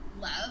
love